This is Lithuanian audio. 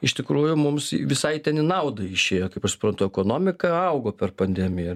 iš tikrųjų mums visai ten į naudą išėjo kaip aš suprantu ekonomika augo per pandemiją